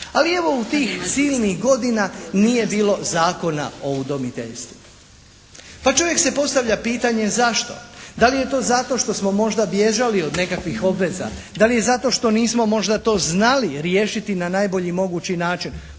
Ali evo tih silnih godina nije bilo Zakona o udomiteljstvu. Pa čovjek si postavlja pitanje zašto? Da li je to zato što smo možda bježali od nekakvih obveza, da li zato što nismo možda to znali riješiti na najbolji mogući način.